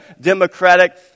democratic